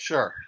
Sure